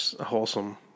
wholesome